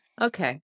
Okay